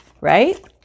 right